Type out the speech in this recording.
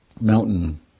mountain